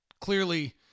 clearly